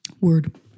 word